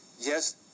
Yes